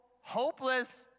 hopeless